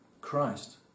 Christ